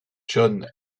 john